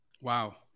Wow